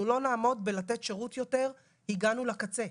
אנחנו לא נעמוד בלתת שירות יותר, הגענו לקצה.